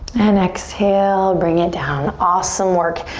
and exhale bring it down. awesome work.